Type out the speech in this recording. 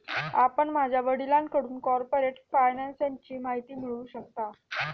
आपण माझ्या वडिलांकडून कॉर्पोरेट फायनान्सची माहिती मिळवू शकता